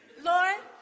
Lord